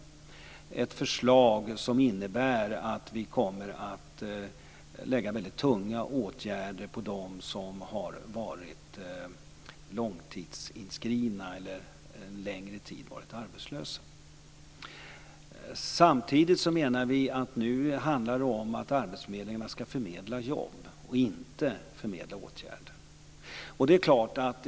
Där finns ett förslag som innebär tunga åtgärder för dem som varit arbetslösa en längre tid. Samtidigt menar vi att arbetsförmedlingarna skall förmedla jobb och inte åtgärder.